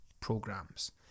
programs